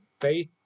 faith